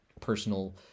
personal